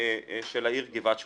של העיר גבעת שמואל.